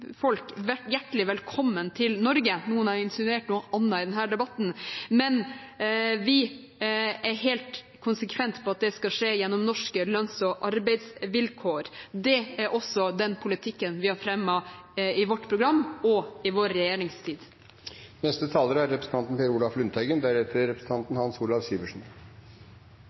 hjertelig velkommen til Norge – noen har insinuert noe annet i denne debatten – men vi er helt konsekvent på at det skal skje på norske lønns- og arbeidsvilkår. Det er også den politikken vi har fremmet i vårt program og i vår regjeringstid. Det er